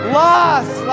lost